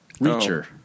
Reacher